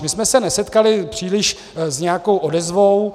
My jsme se nesetkali příliš s nějakou odezvou.